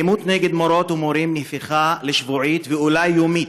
אלימות נגד מורות ומורים היא שיחה שבועית ואולי יומית,